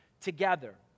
together